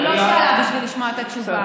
היא לא שאלה בשביל לשמוע את התשובה,